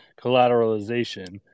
collateralization